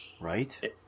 Right